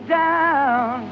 down